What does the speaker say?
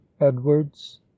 edwards